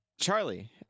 Charlie